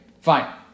fine